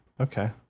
Okay